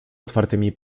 otwartymi